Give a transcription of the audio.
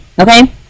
Okay